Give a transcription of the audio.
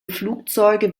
flugzeuge